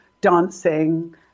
dancing